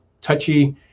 touchy